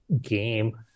game